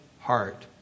heart